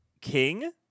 King